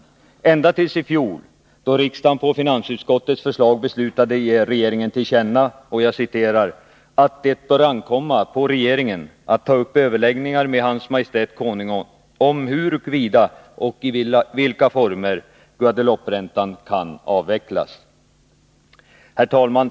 Så har alltså skett ända till i fjol, då riksdagen på finansutskottets förslag beslutade ge regeringen till känna ”att det bör ankomma på regeringen att ta upp överläggningar med Hans Maj:t Konungen om huruvida och i vilka former Guadelouperäntan kan avveck las”.